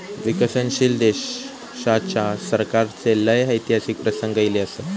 विकसनशील देशाच्या सरकाराचे लय ऐतिहासिक प्रसंग ईले असत